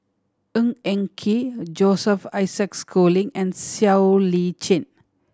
Ng Eng Kee Joseph Isaac Schooling and Siow Lee Chin